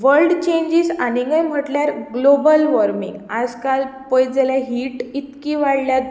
world changes आनीकय म्हळ्यार global warming आयज काल पळयत जाल्यार हीट इतकी वाडल्या